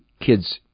kids